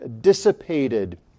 dissipated